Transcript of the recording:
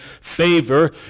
favor